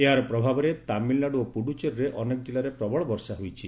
ଏହାର ପ୍ରଭାବରେ ତାମିଲନାଡୁ ଓ ପୁଡୁଚେରୀର ଅନେକ ଜିଲ୍ଲାରେ ପ୍ରବଳ ବର୍ଷା ହୋଇଛି